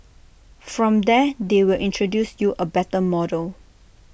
from there they will introduce you A better model